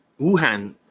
Wuhan